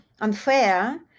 unfair